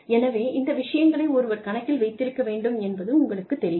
எனவே இந்த விஷயங்களை ஒருவர் கணக்கில் வைத்திருக்க வேண்டும் என்பது உங்களுக்குத் தெரியும்